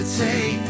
take